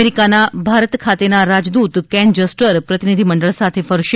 અમેરિકાના ભારત ખાતેના રાજદૂત કેન જસ્ટર પ્રતિનિધિ મંડળ સાથે ફરશે